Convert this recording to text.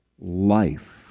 life